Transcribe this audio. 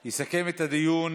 לא שמו לב לשיבוש